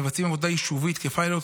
מבצעים עבודה יישובית כפיילוט